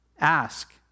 Ask